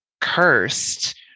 cursed